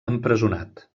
empresonat